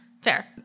Fair